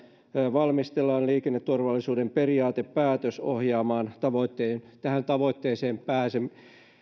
valmistellaan liikenneturvallisuuden periaatepäätös ohjaamaan tähän tavoitteeseen pääsemistä